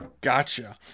Gotcha